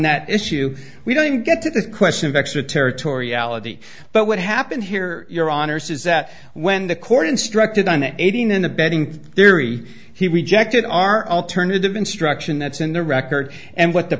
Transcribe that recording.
that issue we don't even get to the question of extraterritoriality but what happened here your honor says that when the court instructed on aiding and abetting theory he rejected our alternative instruction that's in the record and what the